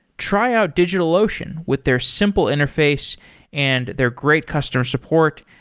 try out digitalocean with their simple interface and their great customer support,